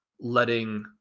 letting